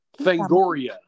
Fangoria